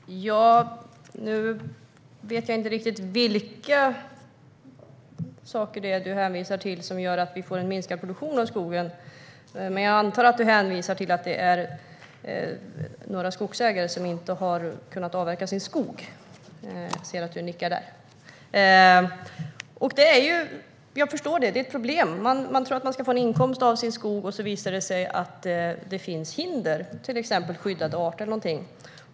Fru talman! Nu vet jag inte riktigt vad det är du hänvisar till som gör att vi får minskad produktion av skogen, Jonas Jacobsson Gjörtler, men jag antar att du hänvisar till att det är några skogsägare som inte har kunnat avverka sin skog. Jag ser att du nickar. Jag förstår att detta är ett problem. Man tror att man ska få en inkomst av sin skog, och så visar det sig att det finns hinder - till exempel skyddade arter eller någonting.